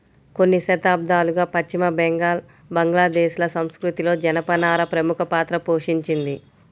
కొన్ని శతాబ్దాలుగా పశ్చిమ బెంగాల్, బంగ్లాదేశ్ ల సంస్కృతిలో జనపనార ప్రముఖ పాత్ర పోషించింది